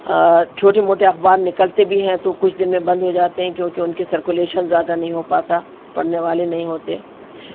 چھوٹے موٹے اخبار نکلتے بھی ہیں تو کچھ دن میں بند ہو جاتے ہیں کیونکہ ان کے سرکولیشن زیادہ نہیں ہو پاتا پڑھنے والے نہیں ہوتے